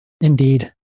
Indeed